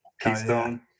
Keystone